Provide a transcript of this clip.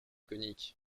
coniques